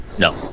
No